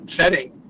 setting